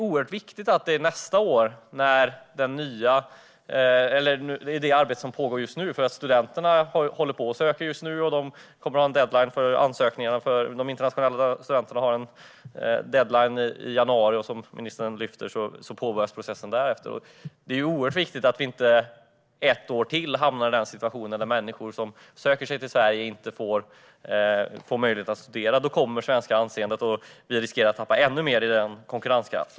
Just nu håller studenterna på att söka. Deadline för de internationella studenterna är i januari. Det är oerhört viktigt att man inte under ytterligare ett år hamnar i situationen där människor som söker sig till Sverige inte får möjlighet att studera. Då kommer det svenska anseendet att minska och vi riskerar att tappa ännu mer konkurrenskraft.